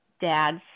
dad's